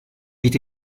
wird